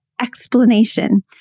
explanation